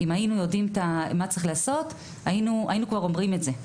אם היינו יודעים מה צריך לעשות היינו כבר אומרים את זה.